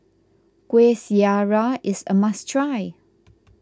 Kueh Syara is a must try